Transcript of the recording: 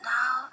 now